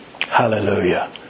hallelujah